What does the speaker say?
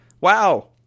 Wow